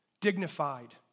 Dignified